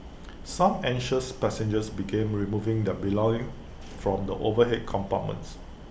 some anxious passengers began removing their belongings from the overhead compartments